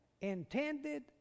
intended